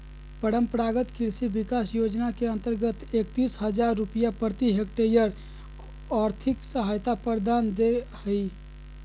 परम्परागत कृषि विकास योजना के अंतर्गत एकतीस हजार रुपया प्रति हक्टेयर और्थिक सहायता दे हइ